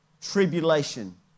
tribulation